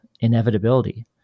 inevitability